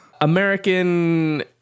American